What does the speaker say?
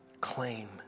Claim